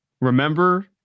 Remember